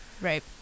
right